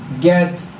get